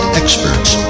experts